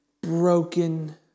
broken